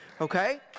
Okay